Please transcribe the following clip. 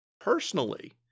Personally